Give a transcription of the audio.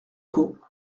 quo